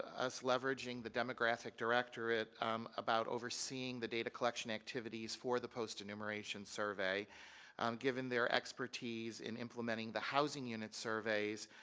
us leverageing the demographic directorate about overseeing the data collection activities for the post enumeration survey given their expertise in implementing the housing unit surveys